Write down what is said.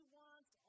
wants